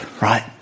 right